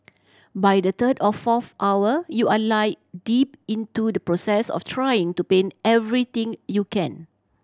by the third or fourth hour you are like deep into the process of trying to paint everything you can